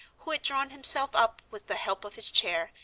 who had drawn himself up, with the help of his chair,